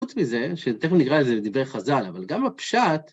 חוץ מזה, שתכף נקרא את זה בדברי חז"ל, אבל גם בפשט...